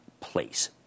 place